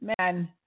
man